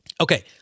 Okay